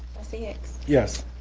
trustee hicks? yes.